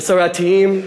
מסורתיים,